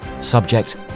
Subject